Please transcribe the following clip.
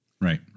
Right